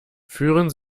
führen